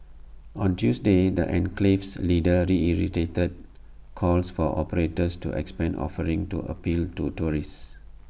on Tuesday the enclave's leaders reiterated calls for operators to expand offerings to appeal to tourists